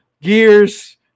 Gears